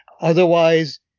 Otherwise